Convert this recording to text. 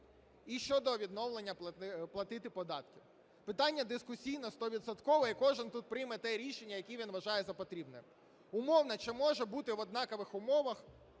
і щодо відновлення платити податки. Питання дискусійне стовідсотково, і кожен тут прийме те рішення, яке він вважає за потрібне. Умовно, чи може бути в однакових умовах